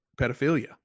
pedophilia